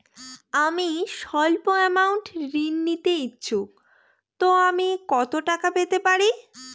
আমি সল্প আমৌন্ট ঋণ নিতে ইচ্ছুক তো আমি কত টাকা পেতে পারি?